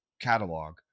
catalog